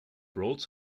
rolls